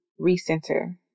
recenter